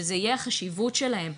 שזה יהיה החשיבות שלהם.